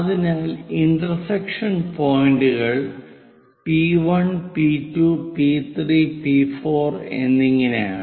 അതിനാൽ ഇന്റർസെക്ഷൻ പോയിന്റുകൾ P 1 P 2 P 3 P 4 എന്നിങ്ങനെയാണ്